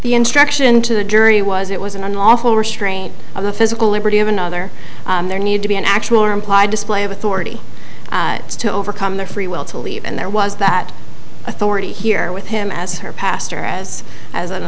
the instruction to the jury was it was an unlawful restraint on the physical liberty of another there need to be an actual or implied display of authority to overcome their free will to leave and there was that authority here with him as her pastor as as an